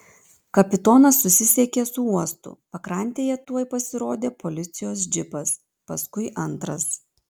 kapitonas susisiekė su uostu pakrantėje tuoj pasirodė policijos džipas paskui antras